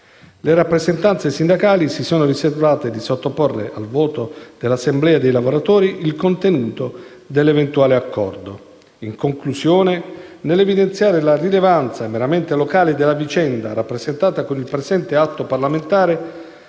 Le rappresentanze sindacali si sono riservate di sottoporre al voto dell'assemblea dei lavoratori il contenuto dell'eventuale accordo. In conclusione, nell'evidenziare la rilevanza meramente locale della vicenda rappresentata con il presente atto parlamentare,